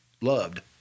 loved